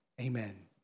Amen